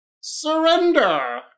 Surrender